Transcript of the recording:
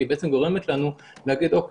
כי היא בעצם גורמת לנו להגיד: אוקיי,